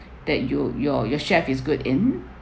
that you your your chef is good in